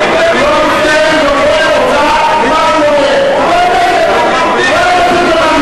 חבר הכנסת, אני קורא אותך לסדר פעם שנייה.